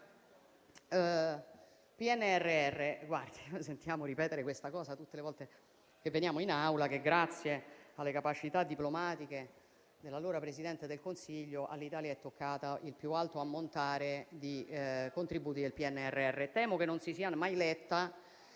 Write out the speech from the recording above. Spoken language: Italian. PNRR, sentiamo ripetere, tutte le volte che veniamo in Aula, che, grazie alle capacità diplomatiche dell'allora Presidente del Consiglio, all'Italia è toccato il più alto ammontare di contributi del PNRR. Temo che non si sia mai letto